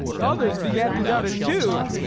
others began to doubt it too.